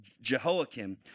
Jehoiakim